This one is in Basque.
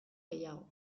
gehiago